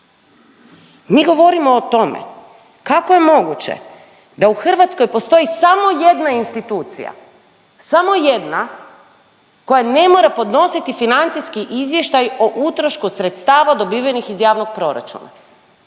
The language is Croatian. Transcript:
Mi govorimo o tome kako je moguće da u Hrvatskoj postoji samo jedna institucija, samo jedna koja ne mora podnositi financijski izvještaj o utrošku sredstava dobivenih iz javnog proračuna.